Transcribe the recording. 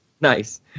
nice